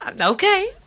Okay